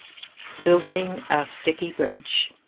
building a sticky bridge.